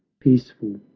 peaceful,